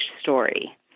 story